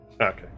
Okay